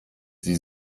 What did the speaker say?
sie